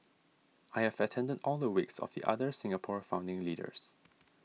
I have attended all the wakes of the other Singapore founding leaders